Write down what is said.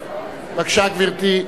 בבקשה, גברתי.